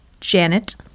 Janet